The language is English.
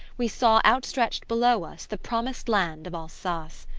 we saw outstretched below us the promised land of alsace.